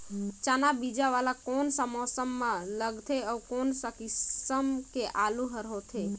चाना बीजा वाला कोन सा मौसम म लगथे अउ कोन सा किसम के आलू हर होथे?